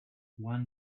won